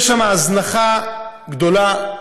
יש שם הזנחה גדולה.